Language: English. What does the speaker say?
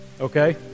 okay